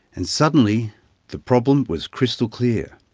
and suddenly the problem was crystal clear.